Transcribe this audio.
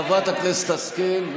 חברת הכנסת השכל?